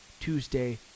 Tuesday